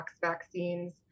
vaccines